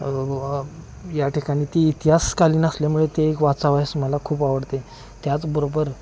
याठिकाणी ती इतिहासकालीन असल्यामुळे ते एक वाचावयास मला खूप आवडते त्याचबरोबर